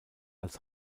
als